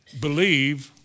believe